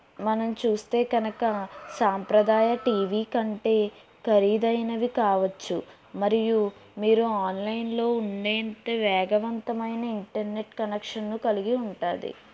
మనం చూస్తే కనక సాంప్రదాయ టీవీ కంటే ఖరీదైనవి కావచ్చు మరియు మీరు ఆన్లైన్లో ఉండేంత వేగవంతమైన ఇంటర్నెట్ కనెక్షను కలిగి ఉంటుంది